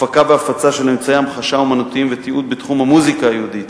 הפקה והפצה של אמצעי המחשה אמנותיים ותיעוד בתחום המוזיקה היהודית.